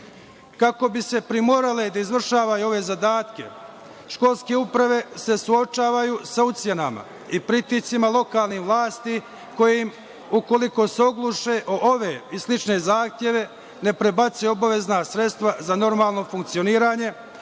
bi se primorale da izvršavaju ove zadatke, školske uprave se suočavaju sa ucenama i pritiscima lokalnih vlasti koje im, ukoliko se ogluše o ove i slične zahteve, ne prebacuju obavezna sredstva za normalno funkcioniranje,